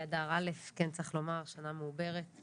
אדר א', צריך לומר שהשנה מעוברת.